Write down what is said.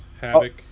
Havoc